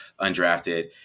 undrafted